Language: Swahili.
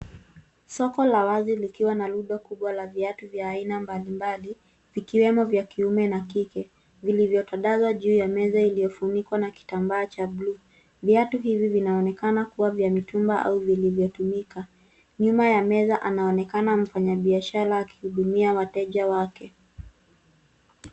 Soko la viatu likiwa na rundo kubwa la viatu vya aina mbalimbali vikiwemo vya kiume na kike vilivyotandazwa juu ya meza iliyofunikwa kitambaa cha bluu. Viatu hivi vinaonekana kuwa vya mtumba au vilivyotumika. Nyuma ya meza anaonekana mfanya biashara akihudumia wateja wake.